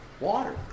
Water